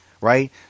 right